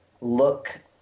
look